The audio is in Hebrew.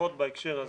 לפחות בהקשר הזה,